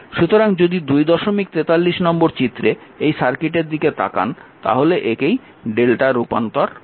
সুতরাং যদি 243 নম্বর চিত্রে এই সার্কিটের দিকে তাকান তাহলে একেই Δ রূপান্তর বলা হয়